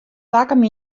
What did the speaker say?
takom